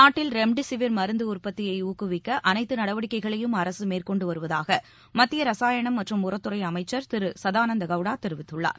நாட்டில் ரெம்டெசிவிர் மருந்து உற்பத்தியை ஊக்குவிக்க அனைத்து நடவடிக்கைகளையும் அரசு மேற்கொண்டுவருவதாக மத்திய ரசாயனம் மற்றும் உரத்துறை அமைச்சர் திரு சதானந்த கவுடா தெரிவித்துள்ளார்